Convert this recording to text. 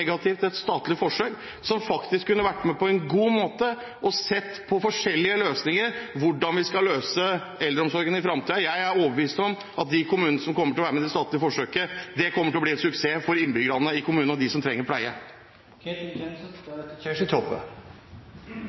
til et statlig forsøk som faktisk kunne vært med og på en god måte sett på forskjellige løsninger for hvordan vi skal løse eldreomsorgen i fremtiden. Jeg er overbevist om at når det gjelder de kommunene som kommer til å være med i det statlige forsøket, kommer det til å bli en suksess for innbyggerne i kommunen og dem som trenger pleie.